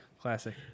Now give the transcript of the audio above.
classic